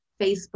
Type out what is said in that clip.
Facebook